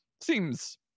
seems